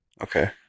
Okay